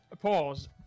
pause